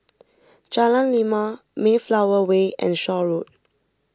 Jalan Lima Mayflower Way and Shaw Road